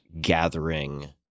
gathering